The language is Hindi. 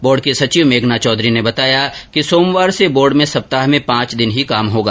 बोर्ड की सचिव मेघना चौधरी ने बताया कि सोमवार से बोर्ड में सप्ताह में पांच दिन ही कार्य होगा